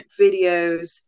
videos